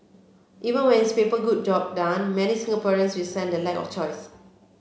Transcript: even when its paper good job done many Singaporeans resent the lack of choice